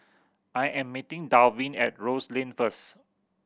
I am meeting Dalvin at Rose Lane first